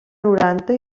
noranta